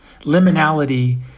Liminality